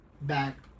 back